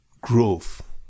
growth